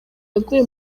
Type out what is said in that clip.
yaguye